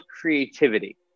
creativity